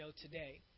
today